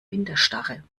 winterstarre